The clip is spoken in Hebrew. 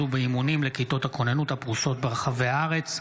ובאימונים לכיתות הכוננות הפרוסות ברחבי הארץ.